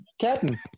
Captain